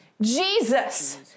Jesus